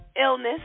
illness